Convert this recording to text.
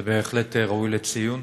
זה בהחלט ראוי לציון.